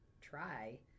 try